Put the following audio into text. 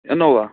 Innova